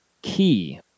key